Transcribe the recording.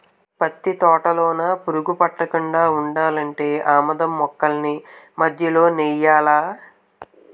పత్తి తోటలోన పురుగు పట్టకుండా ఉండాలంటే ఆమదం మొక్కల్ని మధ్యలో నెయ్యాలా